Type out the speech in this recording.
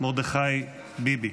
מרדכי ביבי.